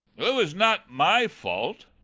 it was not my fault.